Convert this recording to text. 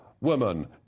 woman